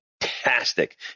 fantastic